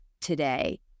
today